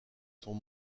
sont